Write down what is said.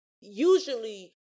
usually